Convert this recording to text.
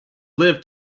live